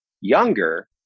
younger